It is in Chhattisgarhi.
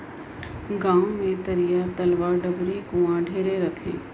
गांव मे तरिया, तलवा, डबरी, कुआँ ढेरे रथें